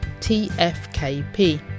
tfkp